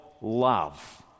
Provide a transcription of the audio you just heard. love